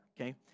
okay